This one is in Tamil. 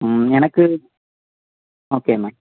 ம் எனக்கு ஓகேம்மா